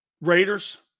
Raiders